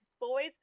boys